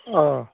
অ